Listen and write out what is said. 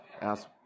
ask